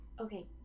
Okay